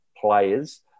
players